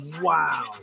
Wow